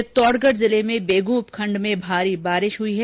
चित्तौडगढ़ जिले में बेगूं उपखंड में भारी बारिश हुई है